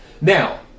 Now